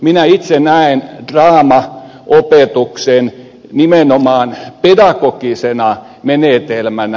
minä itse näen draamaopetuksen nimenomaan pedagogisena menetelmänä